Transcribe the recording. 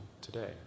today